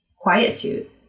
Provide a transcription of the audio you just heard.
quietude